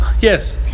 yes